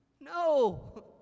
No